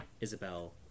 Isabel